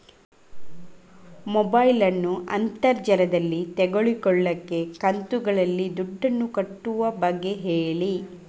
mobile ನ್ನು ಅಂತರ್ ಜಾಲದಲ್ಲಿ ತೆಗೋಲಿಕ್ಕೆ ಕಂತುಗಳಲ್ಲಿ ದುಡ್ಡನ್ನು ಕಟ್ಟುವ ಬಗ್ಗೆ ಹೇಳಿ